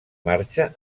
marxa